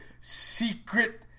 Secret